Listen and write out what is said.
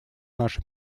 наши